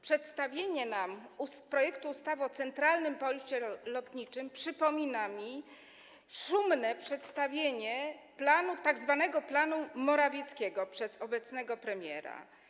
Przedstawienie nam projektu ustawy o centralnym porcie lotniczym przypomina mi szumne przedstawienie tzw. planu Morawieckiego przez obecnego premiera.